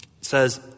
says